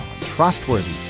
trustworthy